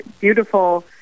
beautiful